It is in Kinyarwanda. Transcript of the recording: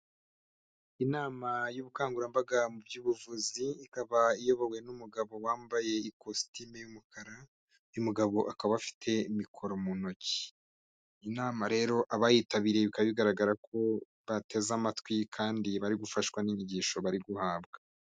Inama y'ubukangurambaga mu by'ubuvuzi, ikaba iyobowe n'umugabo wambaye ikositimu y'umukara, uyu mugabo akaba afite mikoro mu ntoki, inama rero abayitabiriye bikaba bigaragara ko bateze amatwi kandi bari gufashwa n'inyigisho bari guhabwa.